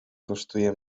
kosztuje